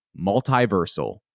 multiversal